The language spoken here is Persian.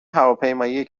هواپیمایی